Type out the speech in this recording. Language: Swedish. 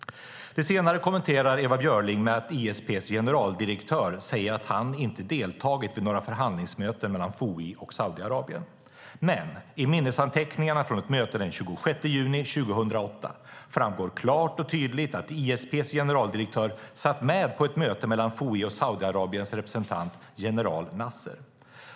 Det senare kommenterar Ewa Björling med att ISP:s generaldirektör säger att han inte har deltagit i några förhandlingsmöten mellan FOI och Saudiarabien. I minnesanteckningarna från ett möte den 26 juni 2008 framgår dock klart och tydligt att ISP:s generaldirektör satt med på ett möte mellan FOI och Saudiarabiens representant general Nasser.